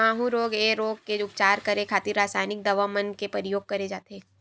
माहूँ रोग ऐ रोग के उपचार करे खातिर रसाइनिक दवा मन के परियोग करे जाथे